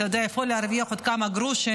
אתה יודע, איפה להרוויח עוד כמה גרושים,